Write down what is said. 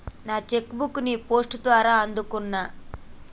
నా cheque book ని post ద్వారా అందుకున్నా